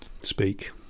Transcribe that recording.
Speak